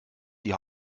die